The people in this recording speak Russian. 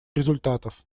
результатов